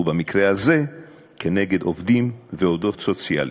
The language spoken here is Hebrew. ובמקרה הזה נגד עובדים ועובדות סוציאליים.